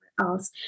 else